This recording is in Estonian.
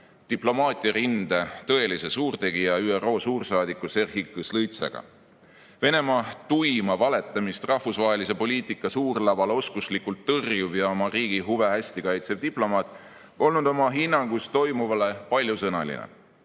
diplomaatiarinde tõelise suurtegija, ÜRO suursaadiku Serhi Kõslõtsjaga. Venemaa tuima valetamist rahvusvahelise poliitika suurlaval oskuslikult tõrjuv ja oma riigi huve hästi kaitsev diplomaat polnud oma hinnangus toimuvale paljusõnaline.